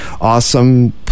awesome